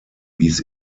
wies